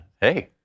Hey